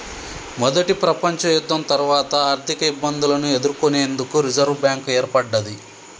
మొదటి ప్రపంచయుద్ధం తర్వాత ఆర్థికఇబ్బందులను ఎదుర్కొనేందుకు రిజర్వ్ బ్యాంక్ ఏర్పడ్డది